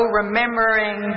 remembering